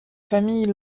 famille